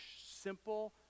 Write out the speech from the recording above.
simple